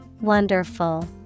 Wonderful